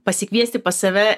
pasikviesti pas save